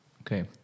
Okay